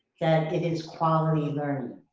that it is quality learning.